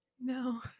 No